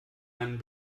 einen